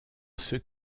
ceux